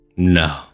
No